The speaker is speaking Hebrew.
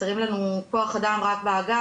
חסר לנו כוח אדם באגף,